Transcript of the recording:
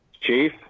Chief